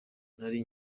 nari